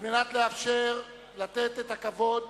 על מנת לאפשר לתת את הכבוד